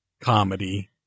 comedy